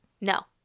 No